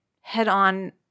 head-on